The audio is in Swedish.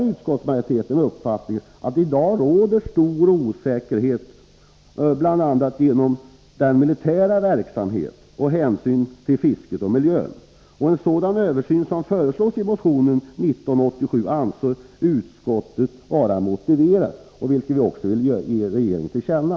Utskottsmajoriteten delar uppfattningen att det i dag råder stor osäkerhet på detta område, bl.a. genom den militära verksamhetens hänsyn till fisket och miljön. En sådan översyn som föreslås i motion 1987 anser utskottet vara motiverad, vilket vi också vill ge regeringen till känna.